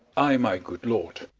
i my good lord